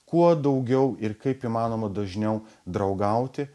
kuo daugiau ir kaip įmanoma dažniau draugauti